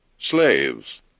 slaves